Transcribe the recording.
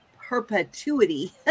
perpetuity